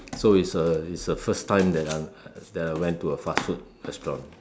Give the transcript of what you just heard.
so it's a it's a first time that I that I went to a fast food restaurant